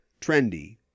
trendy